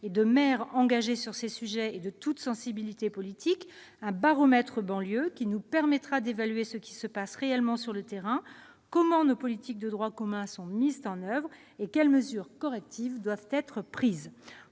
et de maires engagés sur ces sujets et de toutes les sensibilités politiques, un « baromètre des banlieues », qui nous permettra d'évaluer ce qui se passe réellement sur le terrain : comment nos politiques de droit commun sont-elles mises en oeuvre ? Quelles mesures correctives doivent être prises ?